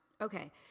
Okay